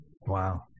Wow